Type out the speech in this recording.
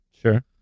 Sure